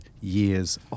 years